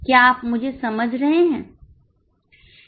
क्या आप मुझे समझ रहे हैं